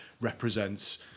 represents